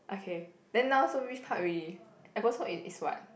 okay then now so which part already episode i~ is what